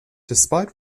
despite